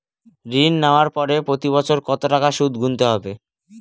ঋণ নেওয়ার পরে প্রতি বছর কত টাকা সুদ গুনতে হবে?